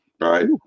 Right